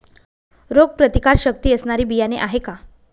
रोगप्रतिकारशक्ती असणारी बियाणे आहे का?